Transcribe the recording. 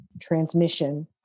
transmission